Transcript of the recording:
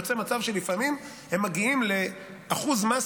יוצא מצב שלפעמים הם מגיעים לאחוז מס